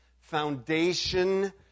foundation